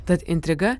tad intriga